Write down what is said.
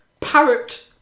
Parrot